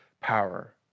power